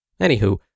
Anywho